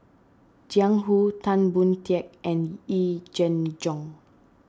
Jiang Hu Tan Boon Teik and Yee Jenn Jong